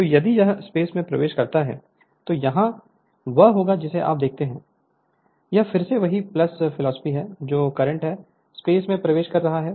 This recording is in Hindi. तो यदि यह स्पेस में प्रवेश कर रहा है तो यहां वह होगा जिसे आप देखते हैं यह फिर से वही फिलॉसफी है जो करंट है स्पेस में प्रवेश कर रहा है